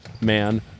man